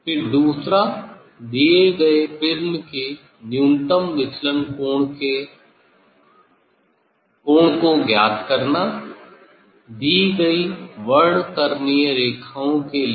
फिर दूसरा दिए गए प्रिज़्म के न्यूनतम विचलन के कोण को ज्ञात करना दी गयी वर्णक्रमीय रेखाओं के लिए